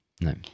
No